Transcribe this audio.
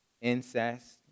incest